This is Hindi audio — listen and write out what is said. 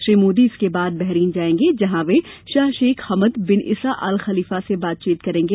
श्री मोदी इसके बाद बहरीन जाएंगे जहां वे Shah Sheikh Hamad bin Isa Al Khalifa से बातचीत करेंगे